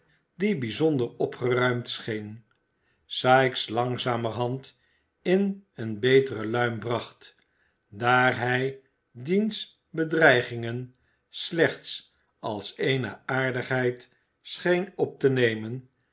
die bijzonder opgeruimd scheen sikes langzamerhand in eene betere luim bracht daar hij diens bedreigingen slechts als eene aardigheid scheen op te nemen